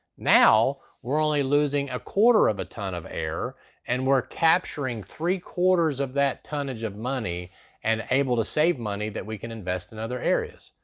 now we're only losing a quarter of a ton of air and we're capturing three quarters of that tonnage of money and able to save money that we can invest in other areas.